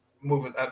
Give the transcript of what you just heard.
moving